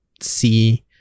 see